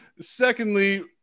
secondly